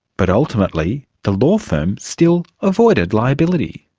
but ultimately the law firm still avoided liability.